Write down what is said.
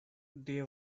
they